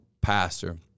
pastor